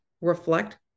reflect